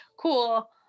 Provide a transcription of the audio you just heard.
Cool